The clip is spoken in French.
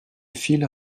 file